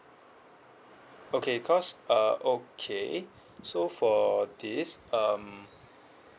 okay cause uh okay so for this um